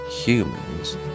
humans